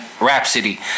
Rhapsody